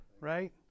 right